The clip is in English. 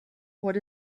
what